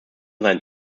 seinen